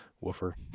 woofer